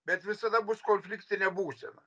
bet visada bus konfliktinė būsena